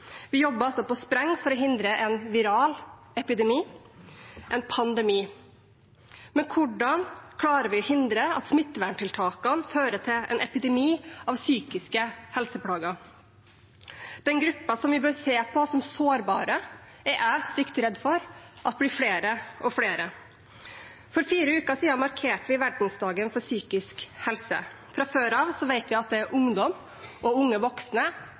Vi jobber altså på spreng for å hindre en viral epidemi, en pandemi. Men hvordan klarer vi å hindre at smitteverntiltakene fører til en epidemi av psykiske helseplager? Gruppene som vi bør se på som sårbare, er jeg stygt redd for blir flere og flere. For fire uker siden markerte vi Verdensdagen for psykisk helse. Fra før av vet vi at det er ungdom, unge voksne